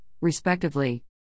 respectively